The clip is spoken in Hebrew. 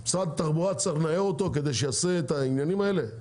צריך לנער את משרד התחבורה כדי שיעשה את העניינים האלה?